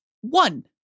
one